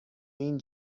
این